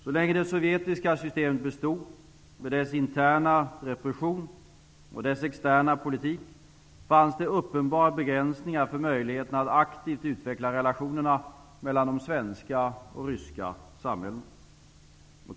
Så länge det sovjetiska systemet bestod, med dess interna repression och dess externa politik, fanns det uppenbara begränsningar för möjligheterna att aktivt utveckla relationerna mellan de svenska och de ryska samhällena.